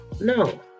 No